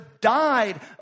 died